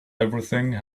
everything